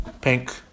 pink